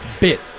bit